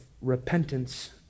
repentance